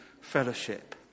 Fellowship